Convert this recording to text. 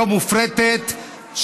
לא מופרטת,